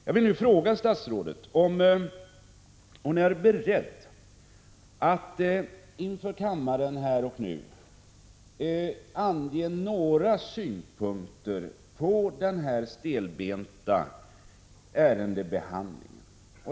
Jag vill nu fråga statsrådet om hon är beredd att inför kammaren här och nu ange några synpunkter på denna stelbenta ärendebehandling.